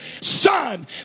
son